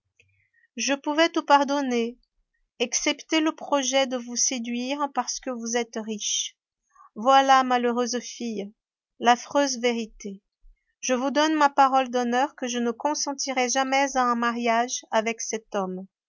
je pouvais tout pardonner excepté le projet de vous séduire parce que vous êtes riche voilà malheureuse fille l'affreuse vérité je vous donne ma parole d'honneur que je ne consentirai jamais à un mariage avec cet homme